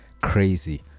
Crazy